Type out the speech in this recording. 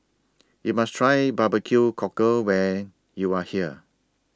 YOU must Try Barbecue Cockle when YOU Are here